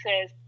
says